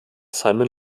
simon